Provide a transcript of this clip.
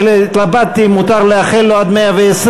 אני התלבטתי אם מותר לאחל לו עד מאה-ועשרים,